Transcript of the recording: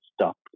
stop